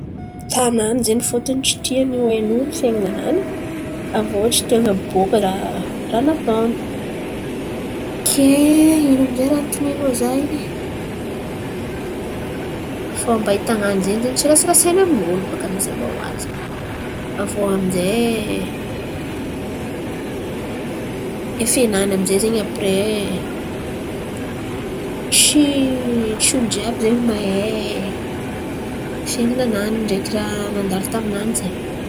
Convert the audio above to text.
Tanany zen̈y fôtiny tsy tiany ho ain'olo fiainan̈a nany, avô tsy tiany abôka raha natôny, kay ino amy izay raha anotanianô za in̈y. Fomba ahitan̈a zen̈y tsy rasirasaina amin'olo baka mazava hoazy. Avô amy izay efenany amy izay ampiray, tsy tsy olo jiàby zen̈y mahay fiainan̈a nany ndreky raha nandalo taminany izen̈y.